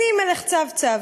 אני מלך צב-צב.